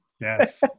Yes